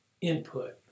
input